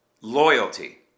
loyalty